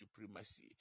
supremacy